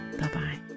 Bye-bye